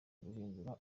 guhindura